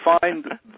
find